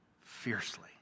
fiercely